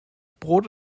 brot